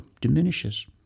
diminishes